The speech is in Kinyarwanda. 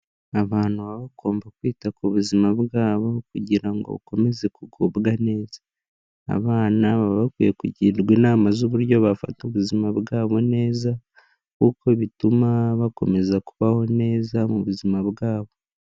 Abantu baba bagomba kwita ku buzima bwabo kugira ngo bakomeze kugubwa neza. Abana baba bakwiye kugirwa inama z'uburyo bafata ubuzima bwabo neza kuko bituma bakomeza kubaho neza mu buzima bwabo.